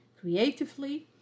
creatively